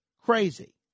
crazy